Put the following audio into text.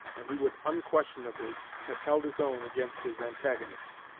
and he would unquestionably have held his own against his antagonist,